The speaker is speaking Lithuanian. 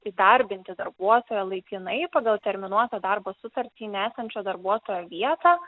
įdarbinti darbuotoją laikinai pagal terminuotą darbo sutartį į nesančio darbuotojo vietą